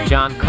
John